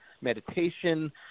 meditation